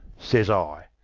says i.